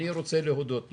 אני רוצה להודות לו.